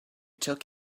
took